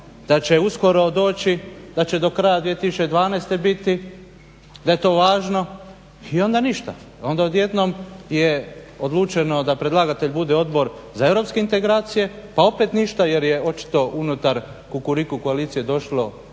da će uskoro doći, da će do kraja 2012. biti, da je to važno i onda ništa. Onda odjednom je odlučeno da predlagatelj bude Odbor za europske integracije pa opet ništa jer je očito unutar Kukuriku koalicije došlo